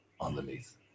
underneath